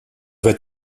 vas